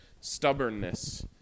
stubbornness